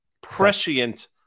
Prescient